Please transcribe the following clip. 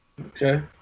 Okay